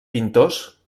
pintors